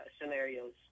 scenarios